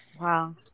Wow